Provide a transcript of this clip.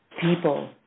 people